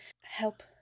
help